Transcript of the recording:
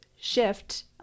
shift